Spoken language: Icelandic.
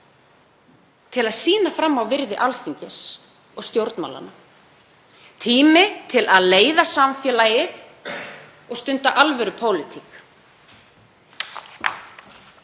til að sýna fram á virði Alþingis og stjórnmálanna, tími til að leiða samfélagið og stunda alvörupólitík.